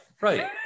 Right